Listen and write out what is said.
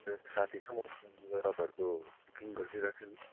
मेरो साथी छ तपाईँहरूको बुकिङ गरिदिइराख्छु नि